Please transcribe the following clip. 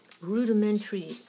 rudimentary